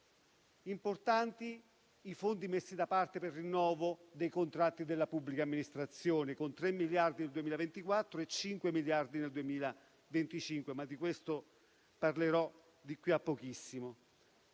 Importanti sono i fondi messi da parte per il rinnovo dei contratti della pubblica amministrazione con 3 miliardi nel 2024 e 5 miliardi nel 2025. Ma di questo parlerò di qui a pochissimo.